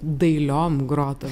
dailiom grotom